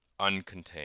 uncontained